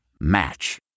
Match